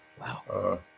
Wow